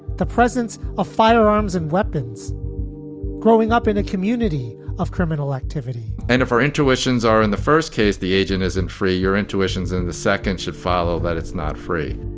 the presence of firearms and weapons growing up in a community of criminal activity and if our intuitions are in the first case, the agent isn't free. your intuitions in the second should follow. that it's not free